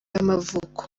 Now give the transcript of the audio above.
y’amavuko